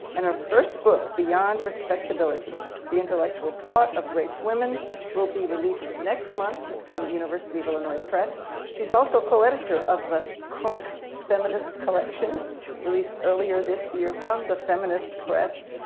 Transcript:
and her first book, beyond respectability the intellectual thought of race women will be released next month from the university of illinois press. she's also co-editor of the crunk feminist collection released earlier this year from the feminist press.